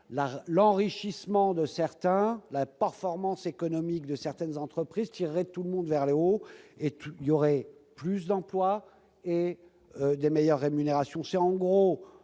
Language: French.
l'enrichissement de certains et la performance économique des entreprises tireraient tout le monde vers le haut. Il y aurait plus d'emplois, avec de meilleures rémunérations. C'est en gros